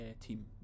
team